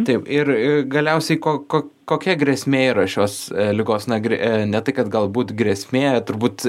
taip ir galiausiai ko ko kokia grėsmė yra šios ligos nagri ne tai kad galbūt grėsmė turbūt